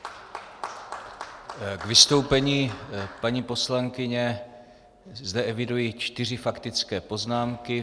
K vystoupení paní poslankyně zde eviduji čtyři faktické poznámky.